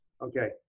okay